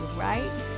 right